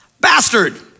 Bastard